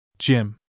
Jim